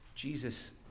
Jesus